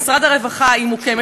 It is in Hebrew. במשרד הרווחה היא מוקמת.